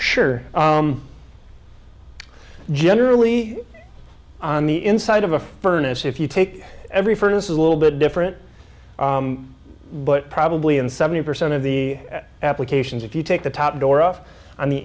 sure generally on the inside of a furnace if you take every furnace a little bit different but probably in seventy percent of the applications if you take the top door off on the